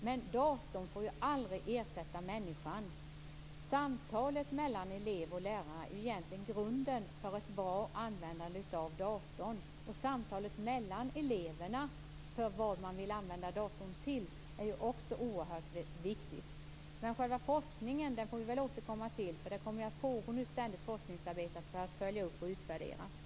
Men datorn får aldrig ersätta människan. Samtalet mellan elever och lärare är egentligen grunden för ett bra användande av datorn. Samtalet mellan eleverna om vad de vill använda datorn till är också oerhört viktigt. Själva forskningen får vi återkomma till. Det kommer ständigt att pågå forskningsarbeten för att följa upp och utvärdera satsningen.